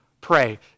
pray